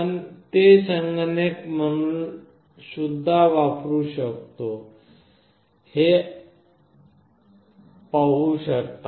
आपण ते संगणक म्हणून सुद्धा वापरले जाऊ शकते हे पाहू शकता